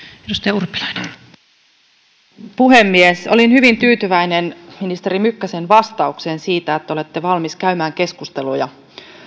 arvoisa puhemies olin hyvin tyytyväinen ministeri mykkäsen vastaukseen siitä että te olette valmis käymään keskusteluja